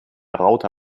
raute